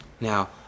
Now